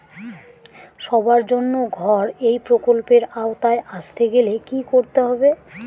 সবার জন্য ঘর এই প্রকল্পের আওতায় আসতে গেলে কি করতে হবে?